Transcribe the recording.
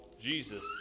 Jesus